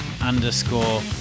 underscore